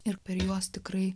ir per juos tikrai